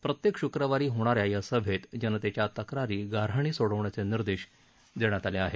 प्रत्येक श्क्रवारी होणा या या सभेत जनतेच्या तक्रारी गा हाणी सोडवण्याचे निर्देश देण्यात आले आहेत